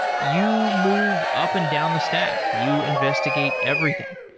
you move up and down the stack. you investigate everything.